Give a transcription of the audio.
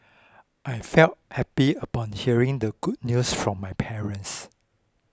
I felt happy upon hearing the good news from my parents